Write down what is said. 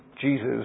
Jesus